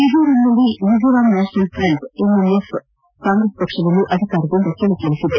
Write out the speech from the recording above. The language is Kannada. ಮಿಜೋರಾಂನಲ್ಲಿ Mizoram national front MNF Congress ಪಕ್ಷವನ್ನು ಅಧಿಕಾರದಿಂದ ಕೆಳಗಿಳಿಸಿದೆ